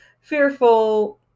fearful